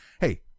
Hey